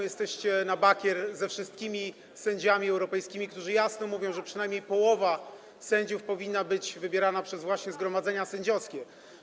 Jesteście na bakier z całą Europą, ze wszystkimi sędziami europejskimi, którzy jasno mówią, że przynajmniej połowa sędziów powinna być wybierana przez zgromadzenia sędziowskie.